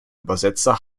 übersetzer